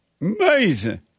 Amazing